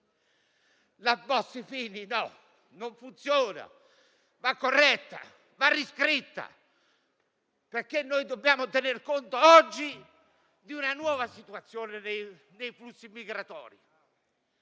Bossi-Fini non lo è: non funziona, va corretta e riscritta, perché dobbiamo tener conto oggi di una nuova situazione dei flussi migratori,